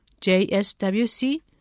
JSWC